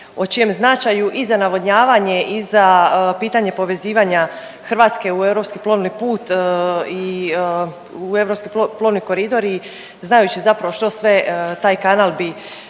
o čijem značaju i za navodnjavanje i za pitanje povezivanja Hrvatske u europski plovni put i u europski plovni koridor i znajući zapravo što sve taj kanal bi